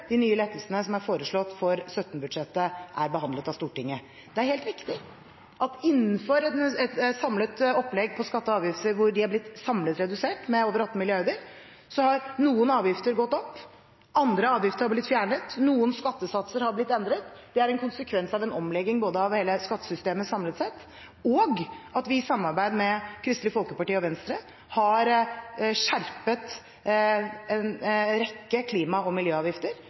de nye lettelsene som er foreslått for 2017-budsjettet, er behandlet av Stortinget. Det er helt riktig at innenfor et samlet opplegg for skatter og avgifter, hvor de samlet har blitt redusert med over 18 mrd. kr, har noen avgifter gått opp. Andre avgifter har blitt fjernet. Noen skattesatser har blitt endret. Det er en konsekvens av en omlegging både av hele skattesystemet samlet sett, og av at vi i samarbeid med Kristelig Folkeparti og Venstre har skjerpet en rekke klima- og miljøavgifter.